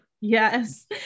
Yes